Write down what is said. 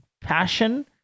Passion